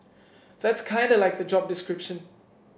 that's kinda like the job description